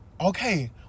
okay